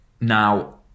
now